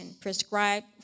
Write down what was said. prescribed